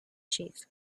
chief